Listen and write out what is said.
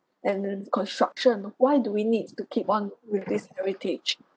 and then construction why do we needs to keep on with this heritage